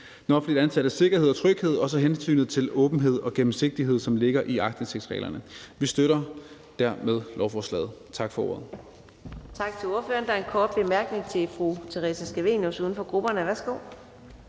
den offentligt ansattes sikkerhed og tryghed og så hensynet til den åbenhed og den gennemsigtighed, som ligger i aktindsigtsreglerne. Vi støtter dermed lovforslaget. Tak for ordet.